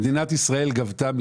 מדינת ישראל גבתה מיסים,